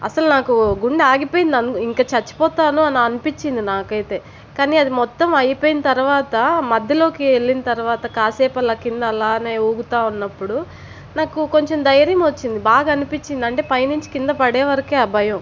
అసలు నాకు గుండె ఆగిపోయింది ఇంక చచ్చిపోతాను అని అనిపించింది నాకైతే కానీ అది మొత్తం అయిపోయిన తర్వాత మధ్యలోకి వెళ్లిన తర్వాత కాసేపు అలా కింద అలానే ఊగుతా ఉన్నప్పుడు నాకు కొంచెం ధైర్యం వచ్చింది బాగా అనిపిచ్చింది అంటే పైనుంచి కింద పడేవరకే ఆ భయం